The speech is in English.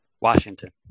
Washington